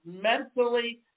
mentally